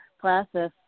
classes